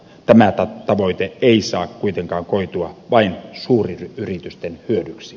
tämä tavoite ei saa kuitenkaan koitua vain suuryritysten hyödyksi